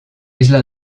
isla